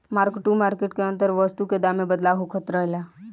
mark to market के अंदर वस्तु के दाम में बदलाव होखत रहेला